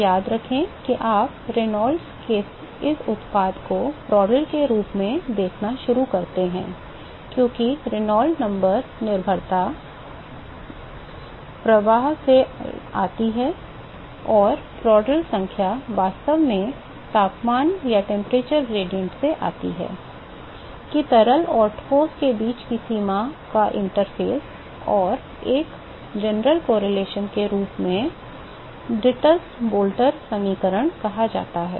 तो याद रखें कि आप रेनॉल्ड्स के इस उत्पाद को प्रांटल के रूप में देखना शुरू करते हैं क्योंकि रेनॉल्ड्स संख्या निर्भरता प्रवाह से आती है और प्रांड्ल संख्या वास्तव में तापमान प्रवणता से आती है कि तरल और ठोस के बीच की सीमा या इंटरफ़ेस और एक सामान्य सहसंबंध के रूप में डिटस बोएल्टर समीकरण कहा जाता है